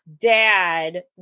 dad